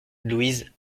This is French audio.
louise